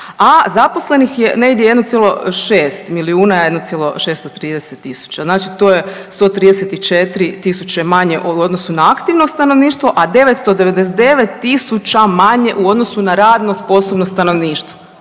a zaposlenih je negdje 1,6 milijuna, 1,630 tisuća. Znači to je 134 tisuće manje u odnosu na aktivno stanovništvo, a 999 tisuća manje u odnosu na radno sposobno stanovništvo.